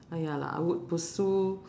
ah ya lah I would pursue